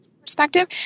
perspective